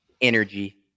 Energy